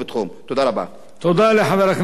תודה רבה לחבר הכנסת טלב אלסאנע.